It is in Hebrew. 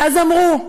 אז אמרו.